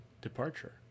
departure